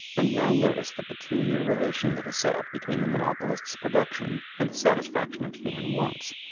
and now notice the peculiar relation that is set up between the monopolist's production and the satisfaction of human wants.